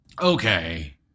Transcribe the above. okay